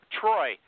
Troy